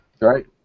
Right